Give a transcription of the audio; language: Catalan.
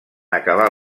acabar